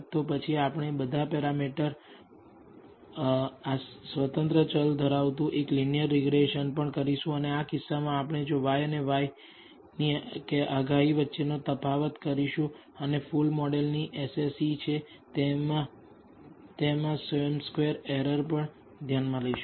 તો પછી આપણે બધા પેરામીટર સ્વતંત્ર ચલ ધરાવતું એક લીનીયર રીગ્રેસન પણ કરીશું અને આ કિસ્સામાં આપણે જો y અને yની આગાહી વચ્ચેનો તફાવત ગણતરી કરીશું અને ફુલ મોડલની SSE છે તે સમ સ્ક્વેર એરર લઈશું